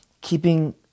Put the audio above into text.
keeping